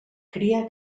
cria